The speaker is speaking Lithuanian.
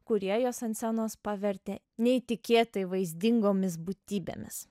kurie juos ant scenos pavertė neįtikėtai vaizdingomis būtybėmis